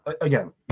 again